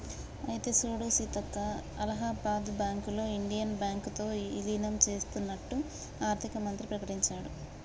అయితే సూడు సీతక్క అలహాబాద్ బ్యాంకులో ఇండియన్ బ్యాంకు తో ఇలీనం సేత్తన్నట్టు ఆర్థిక మంత్రి ప్రకటించాడు